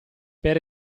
per